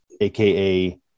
aka